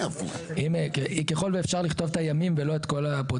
ככל ואפשר לכתוב את הימים ולא את כל הפרוצדורות.